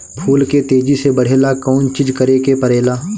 फूल के तेजी से बढ़े ला कौन चिज करे के परेला?